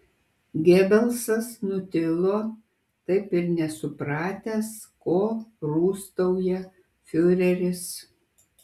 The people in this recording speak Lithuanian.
gebelsas nutilo taip ir nesupratęs ko rūstauja fiureris